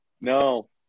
No